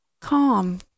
calm